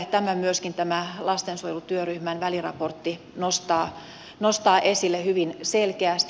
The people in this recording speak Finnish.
tämän myöskin tämä lastensuojelutyöryhmän väliraportti nostaa esille hyvin selkeästi